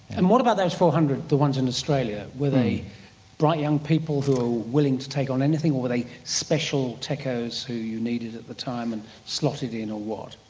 and what about those four hundred, the ones in australia, were they bright young people who were willing to take on anything, or were they special techos who you needed at the time and slotted in, or what?